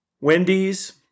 Wendy's